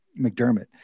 McDermott